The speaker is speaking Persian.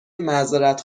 معذرت